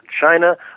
China